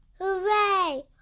Hooray